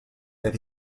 that